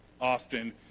often